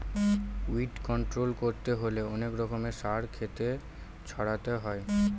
weed control করতে হলে অনেক রকমের সার ক্ষেতে ছড়াতে হয়